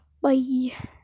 Bye